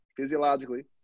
physiologically